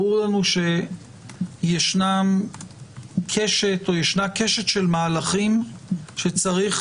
ברור לנו שישנה קשת של מהלכים שצריך